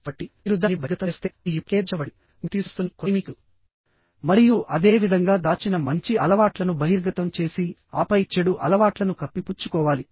కాబట్టి మీరు దానిని బహిర్గతం చేస్తే అది ఇప్పటికే దాచబడింది మీరు తీసుకువస్తున్నది కొత్తేమీ కాదు మరియు అదే విధంగా దాచిన మంచి అలవాట్లను బహిర్గతం చేసి ఆపై చెడు అలవాట్లను కప్పిపుచ్చుకోవాలి